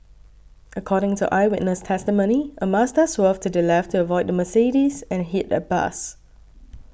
according to eyewitness testimony a Mazda swerved to the left to avoid the Mercedes and hit a bus